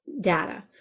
Data